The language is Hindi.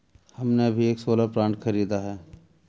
हमने अभी एक सोलर प्लांट खरीदा है